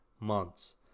months